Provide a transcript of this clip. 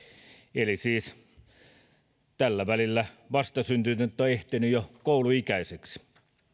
eli siis tällä välillä vastasyntynyt on ehtinyt jo kouluikäiseksi myös